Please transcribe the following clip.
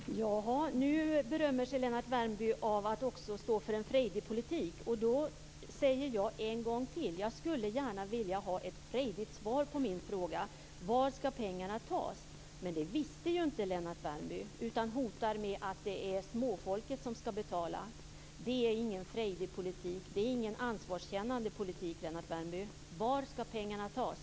Fru talman! Nu berömmer sig Lennart Värmby av att också stå för en frejdig politik. Då säger jag en gång till: Var skall pengarna tas? Jag skulle gärna vilja ha ett frejdigt svar på min fråga. Det visste inte Lennart Värmby, utan hotar med att det är småfolket som skall betala. Det är ingen frejdig politik. Det är ingen ansvarskännande politik, Lennart Värmby. Var skall pengarna tas?